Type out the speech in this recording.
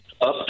up